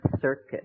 circuit